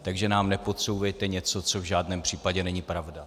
Takže nám nepodsouvejte něco, co v žádném případě není pravda.